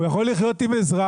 הוא יכול לחיות עם עזרה,